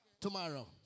Tomorrow